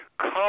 Come